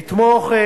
לתמוך,